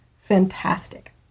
fantastic